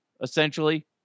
essentially